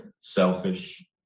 Selfish